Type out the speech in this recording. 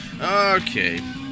Okay